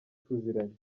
tuziranye